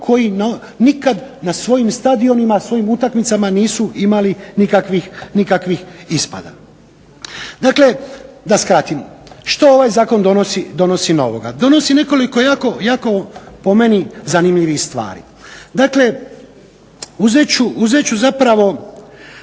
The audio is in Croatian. koji nikad na svojim stadionima, svojim utakmicama nisu imali nikakvih ispada. Dakle, da skratim. Što ovaj zakon donosi novoga? Donosi nekoliko jako po meni zanimljivih stvari. Dakle, uzet ću zapravo